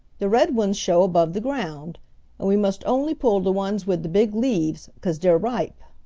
de red ones show above de ground. and we must only pull de ones wid de big leaves, cause dey're ripe.